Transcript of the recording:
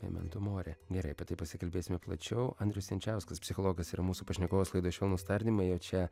memento more gerai apie tai pasikalbėsime plačiau andrius jančiauskas psichologas ir mūsų pašnekovas laidoj švelnūs tardymai o čia